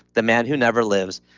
the man who never lives,